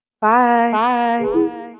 bye